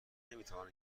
نمیتوانند